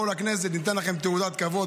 בואו לכנסת, ניתן לכם תעודת כבוד.